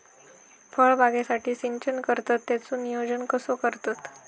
फळबागेसाठी सिंचन करतत त्याचो नियोजन कसो करतत?